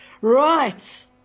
Right